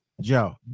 Joe